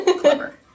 Clever